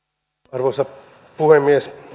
arvoisa puhemies